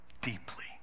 Deeply